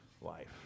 life